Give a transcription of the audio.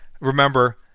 remember